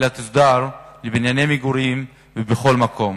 אלא תוסדר לבנייני מגורים ובכל מקום